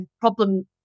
problem